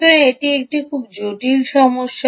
সুতরাং এটি একটি খুব জটিল সমস্যা